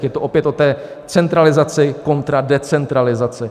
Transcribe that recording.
Je to opět o té centralizaci kontra decentralizaci.